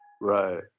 right